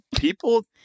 People